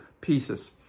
pieces